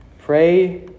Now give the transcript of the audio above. Pray